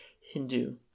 Hindu